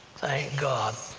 god.